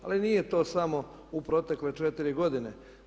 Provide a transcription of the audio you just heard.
Ali nije to samo u protekle četiri godine.